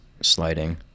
sliding